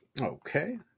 Okay